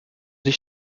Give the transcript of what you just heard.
sie